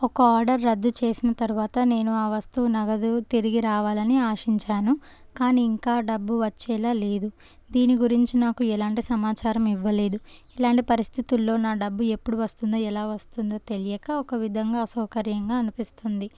ఒక ఆర్డర్ రద్దు చేసిన తరువాత నేను ఆ వస్తువు నగదు తిరిగి రావాలని ఆశించాను కానీ ఇంకా డబ్బు వచ్చేలా లేదు దీని గురించి నాకు ఎలాంటి సమాచారం ఇవ్వలేదు ఇలాంటి పరిస్థితుల్లో నా డబ్బు ఎప్పుడు వస్తుందో ఎలా వస్తుందో తెలియక ఒక విధంగా అసౌకర్యంగా అనిపిస్తుంది